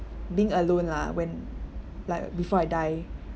being alone lah when like before I die